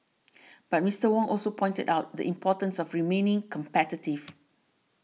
but Mister Wong also pointed out the importance of remaining competitive